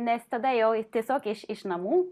nes tada jau tiesiog iš iš namų